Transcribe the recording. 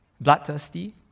Bloodthirsty